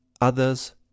others